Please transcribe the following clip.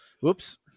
whoops